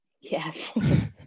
yes